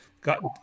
got